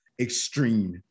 extreme